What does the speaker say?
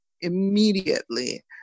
immediately